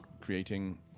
creating